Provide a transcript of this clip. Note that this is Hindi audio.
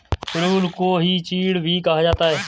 पिरुल को ही चीड़ भी कहा जाता है